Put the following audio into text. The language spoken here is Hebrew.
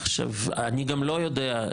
עכשיו אני גם לא יודע,